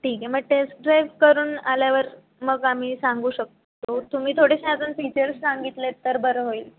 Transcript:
ठीक आहे मग टेस्ट ड्राइव करून आल्यावर मग आम्ही सांगू शकतो तुम्ही थोडेसे अजून फीचर्स सांगितलेत तर बरं होईल